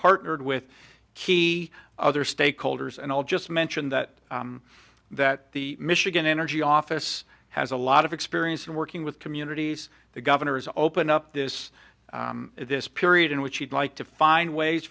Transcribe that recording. partnered with key other stakeholders and i'll just mention that that the michigan energy office has a lot of experience in working with communities the governor has opened up this this period in which he'd like to find ways